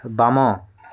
ବାମ